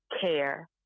care